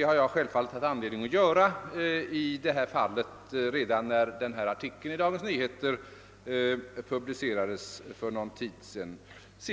Jag hade självfallet anledning att göra en sådan genomgång av detta fall redan när artikeln i Dagens Nyheter för någon tid sedan publicerades.